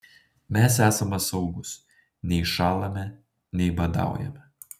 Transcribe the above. mes esame saugūs nei šąlame nei badaujame